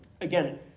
again